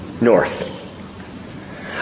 North